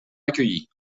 accueillis